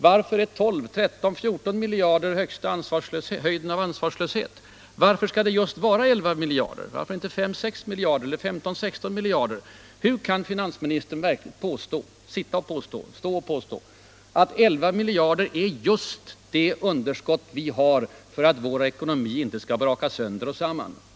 Varför är 12, 13 eller 14 miljarder höjden av ansvarslöshet? Varför skall det just vara 11 miljarder? Varför inte 5-6 miljarder eller 15-16? Hur kan finansministern påstå att 11 miljarder är just det underskott vi kan ha för att vår ekonomi inte skall braka sönder och samman?